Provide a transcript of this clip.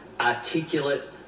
articulate